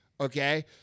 okay